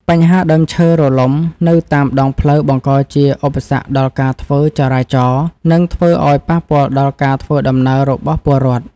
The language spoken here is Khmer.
បញ្ហាដើមឈើរលំនៅតាមដងផ្លូវបង្កជាឧបសគ្គដល់ការធ្វើចរាចរណ៍ និងធ្វើឱ្យប៉ះពាល់ដល់ការធ្វើដំណើររបស់ពលរដ្ឋ។